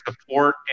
support